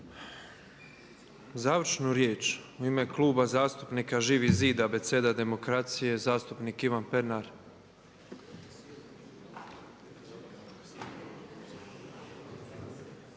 Završnu riječ u ime Kluba zastupnika Živi zid Abeceda demokracija zastupnik Ivan Pernar.